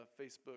Facebook